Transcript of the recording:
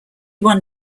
won